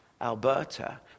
Alberta